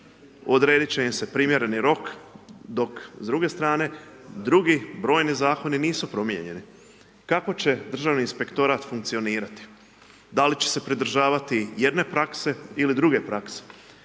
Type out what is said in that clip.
odrediti će im se primjereni rok, dok s druge strane, drugi brojni Zakoni nisu promijenjeni. Kako će Državni inspektorat funkcionirati? Da li će se pridržavati jedne prakse ili druge prakse?